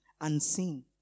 unseen